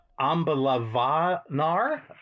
Ambalavanar